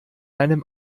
einem